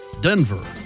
Denver